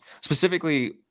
Specifically